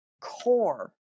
core